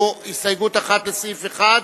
הסתייגות אחת לסעיף 1,